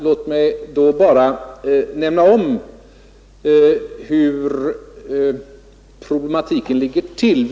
Låt mig bara nämna hur problematiken ligger till.